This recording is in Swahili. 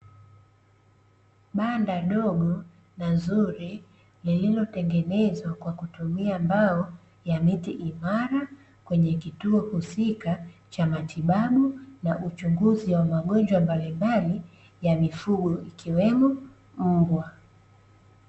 Banda dogo na zuri lililotengenezwa kwa kutumia mbao ya miti imara, kwenye kituo husika cha matibabu na uchunguzi wa magonjwa mbalimbali ya mifugo, ikiwemo mbwa.